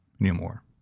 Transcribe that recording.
anymore